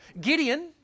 Gideon